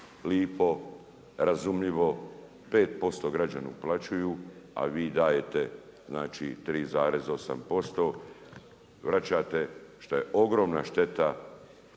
lipo, razumljivo, 5% građani uplaćuju, a vi dajete znači 3,8% vraćate što je ogromna šteta